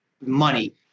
money